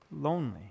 lonely